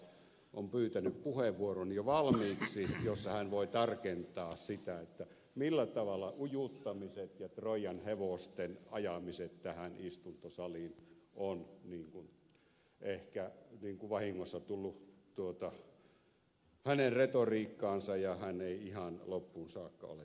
ukkola on jo valmiiksi pyytänyt puheenvuoron jossa hän voi tarkentaa sitä millä tavalla ujuttamiset ja troijan hevosten ajamiset tähän istuntosaliin ovat ehkä vahingossa tulleet hänen retoriikkaansa ja että hän ei ihan loppuun saakka ole tätä mieltä